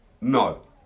no